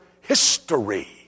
history